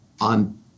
on